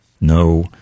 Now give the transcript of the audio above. no